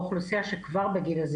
גוף מה היו הנושאים שהתלוננו לגביהם,